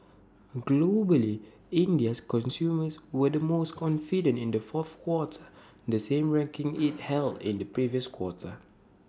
globally India's consumers were the most confident in the fourth quarter the same ranking IT held in the previous quarter